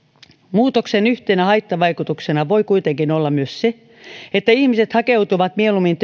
muutoksen yhtenä haittavaikutuksena voi kuitenkin olla myös se että ihmiset hakeutuvat töihin mieluummin